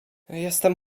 jestem